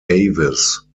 davies